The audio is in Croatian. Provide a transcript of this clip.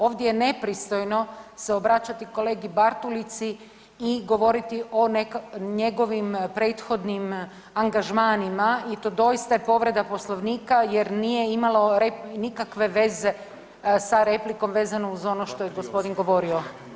Ovdje je nepristojno se obraćati kolegi BArtulici i govoriti o njegovim prethodnim angažmanima i to je doista povreda poslovnika jer nije imalo nikakve veze sa replikom vezano uz ono što je gospodin govorio.